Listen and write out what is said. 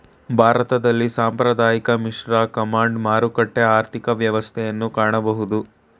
ಭಾರತದಲ್ಲಿ ಸಾಂಪ್ರದಾಯಿಕ, ಮಿಶ್ರ, ಕಮಾಂಡ್, ಮಾರುಕಟ್ಟೆ ಆರ್ಥಿಕ ವ್ಯವಸ್ಥೆಯನ್ನು ಕಾಣಬೋದು